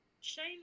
Shane